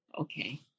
okay